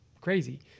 crazy